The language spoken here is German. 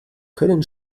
können